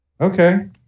Okay